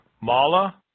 Mala